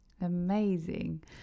Amazing